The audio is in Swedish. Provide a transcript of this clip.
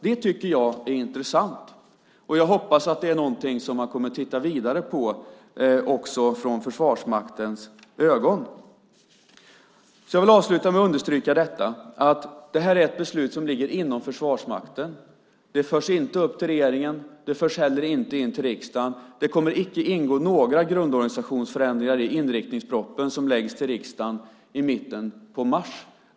Det tycker jag är intressant, och jag hoppas att det är någonting som man kommer att titta vidare på också från Försvarsmakten. Jag vill avsluta med att understryka att det här är ett beslut som ligger inom Försvarsmakten. Det förs inte upp till regeringen. Det förs heller inte in till riksdagen. Det kommer icke att ingå några grundorganisationsförändringar i inriktningspropositionen som läggs fram i riksdagen i mitten av mars.